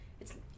It's-